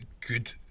good